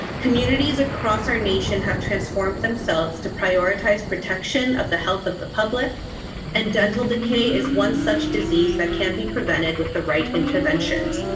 communities across our nation have transformed themselves to prioritize protection of the health of the public and dental decay is one such disease that can be prevented with the right interventions.